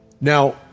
Now